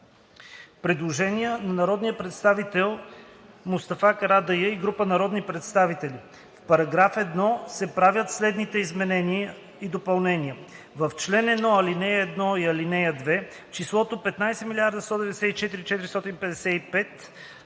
Предложение на народния представил Мустафа Карадайъ и група народни представители: „В параграф 1 се правят следните изменения и допълнения: - В чл. 1, ал. 1 и ал. 2 числото „15 194 455,5 хил.